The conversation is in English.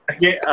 Okay